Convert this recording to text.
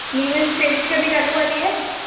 Neeraj Tailor कन्नै गल्ल होआ दी ऐ